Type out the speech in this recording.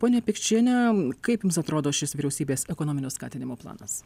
ponia pikčiene kaip jums atrodo šis vyriausybės ekonominio skatinimo planas